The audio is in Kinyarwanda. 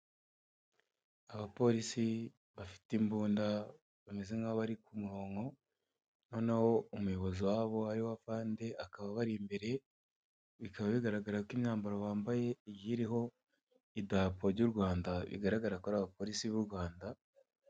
Abapolisi bafite imbunda, bameze nk'aho bari ku muronko, noneho umuyobozi wabo ari we afande akaba abari imbere, bikaba bigaragara ko imyambaro bambaye igiye iriho idarapo ry'u Rwanda, bigaragara ko ari abapolisi b'u Rwanda.